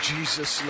Jesus